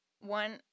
One